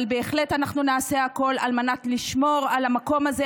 אבל בהחלט אנחנו נעשה הכול על מנת לשמור על המקום הזה,